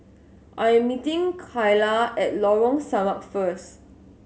I am meeting Kaila at Lorong Samak first